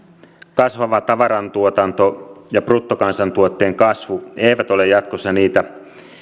kasvava tavarantuotanto ja bruttokansantuotteen kasvu eivät ole jatkossa niitä